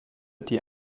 die